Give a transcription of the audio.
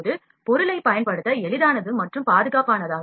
இது பொருளைப் பயன்படுத்த எளிதானது மற்றும் பாதுகாப்பானது